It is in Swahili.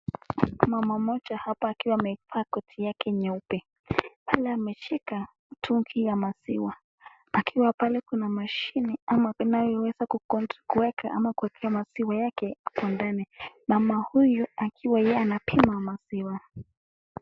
Mama mmoja hapa akiwa amevaa koti yake nyeupe. Pale ameshika tungi ya maziwa. Akiwa pale kuna mashine ama inaweza kuweka ama kusima maziwa yake huko ndani. Mama huyu akiwa yeye anapima maziwa.